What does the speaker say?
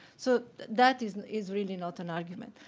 so that is is really not an argument.